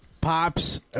Pops